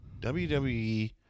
WWE